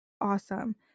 awesome